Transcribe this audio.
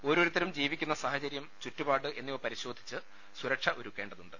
ഓരോരുത്തരും ജീവിക്കുന്ന സാഹചര്യം ചുറ്റുപാട് എന്നിവ പരിശോധിച്ച് സുരക്ഷ ഒരുക്കേണ്ടതുണ്ട്